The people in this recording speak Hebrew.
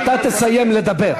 אתה תסיים לדבר.